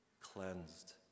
cleansed